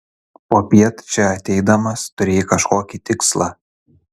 popiet čia ateidamas turėjai kažkokį tikslą